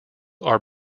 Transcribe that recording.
are